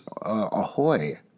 ahoy